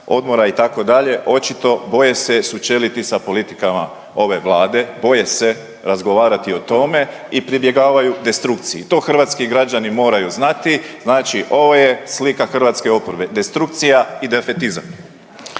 odmora itd. Očito boje se sučeliti sa politikama ove Vlade. Boje se razgovarati o tome i pribjegavaju destrukciji. To hrvatski građani moraju znati. Znači ovo je slika hrvatske oporbe. Destrukcija i defetizam.